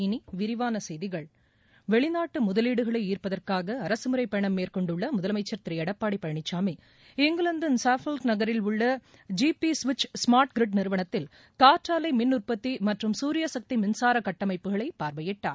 இனி விரிவான செய்திகள் வெளிநாட்டு முதலீடுகளை ஈர்ப்பதற்காக அரசமுறைப் பயணம் மேற்கொண்டுள்ள முதலமைச்சர் திரு எடப்பாடி பழனிசாமி இங்கிலாந்து சஃபோல்க் நகரில் உள்ள Ipswich smart grid நிறுவனத்தில் காற்றாலை மின் உற்பத்தி மற்றும் சூரிய சக்தி மின்சார கட்டமைப்புகளை பார்வையிட்டார்